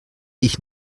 ich